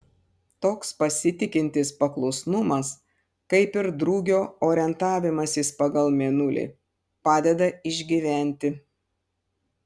toks pasitikintis paklusnumas kaip ir drugio orientavimasis pagal mėnulį padeda išgyventi